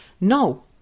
No